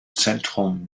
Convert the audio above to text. zentrum